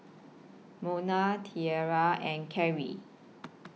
Mona Tiara and Kerry